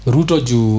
Rutoju